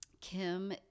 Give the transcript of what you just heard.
Kim